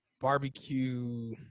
barbecue